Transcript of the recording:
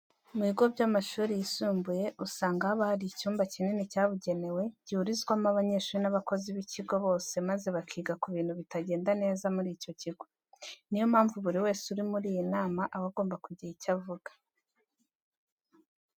Mu bigo by'amashuri yisumbuye usanga haba harimo icyumba kinini cyabugenewe gihurizwamo abanyeshuri n'abakozi b'ikigo bose maze bakiga ku bintu bitagenda neza muri icyo kigo. Niyo mpamvu buri wese uri muri iyi nama aba agomba kugira icyo avuga.